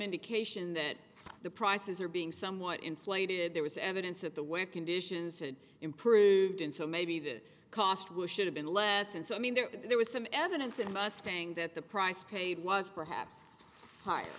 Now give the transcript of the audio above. indication that the prices are being somewhat inflated there was evidence that the wind conditions had improved and so maybe the cost was should have been less and so i mean there there was some evidence in mustang that the price paid was perhaps higher